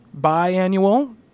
biannual